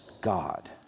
God